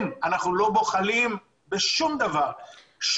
אנחנו לא בוחלים בשום דבר.